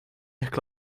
ehk